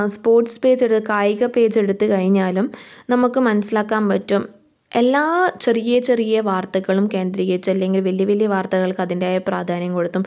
sports പേജെടുത്ത് കായിക പേജെടുത്ത് കഴിഞ്ഞാലും നമുക്ക് മനസ്സിലാക്കാൻ പറ്റും എല്ലാ ചെറിയ ചെറിയ വാർത്തകളും കേന്ദ്രീകരിച്ച് അല്ലെങ്കിൽ വലിയ വലിയ വാർത്തകൾക്ക് അതിൻ്റേതായ പ്രാധാന്യം കൊടുത്തും